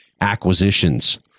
acquisitions